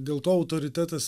dėl to autoritetas